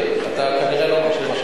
אתה כנראה לא מקשיב למה שאני אומר.